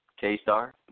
K-Star